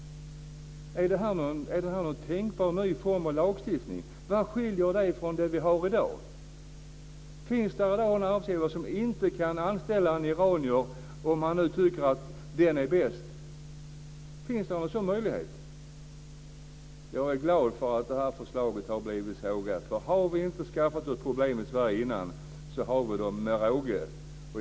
Är det någon tänkbar ny form av lagstiftning? Vad skiljer den från den vi har i dag? Finns det i dag en arbetsgivare som inte kan anställa en iranier om han tycker att den är bäst? Jag är glad för att förslaget har blivit sågat. Har vi inte skaffat oss problem i Sverige innan, har vi skaffat dem med råge.